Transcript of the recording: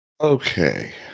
Okay